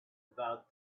about